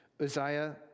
Uzziah